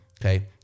okay